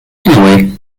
anyway